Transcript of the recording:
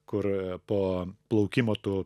kur po plaukimo tu